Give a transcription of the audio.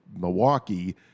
Milwaukee